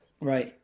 Right